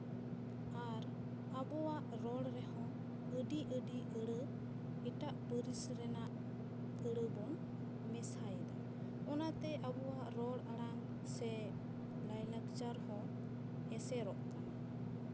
ᱟᱨ ᱟᱵᱚᱣᱟᱜ ᱨᱚᱲ ᱨᱮᱦᱚᱸ ᱟᱹᱰᱤ ᱟᱹᱰᱤ ᱟᱹᱲᱟᱹ ᱮᱴᱟᱜ ᱯᱟᱹᱨᱤᱥ ᱨᱮᱱᱟᱜ ᱟᱹᱲᱟᱹ ᱵᱚᱱ ᱢᱮᱥᱟᱭᱮᱫᱟ ᱚᱱᱟᱛᱮ ᱟᱵᱚᱣᱟᱜ ᱨᱚᱲ ᱟᱲᱟᱝ ᱥᱮ ᱞᱟᱭᱼᱞᱟᱠᱪᱟᱨ ᱦᱚᱸ ᱮᱥᱮᱨᱚᱜ ᱠᱟᱱᱟ